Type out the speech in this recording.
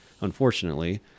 unfortunately